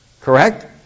correct